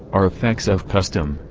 are effects of custom,